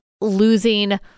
losing